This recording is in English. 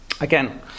Again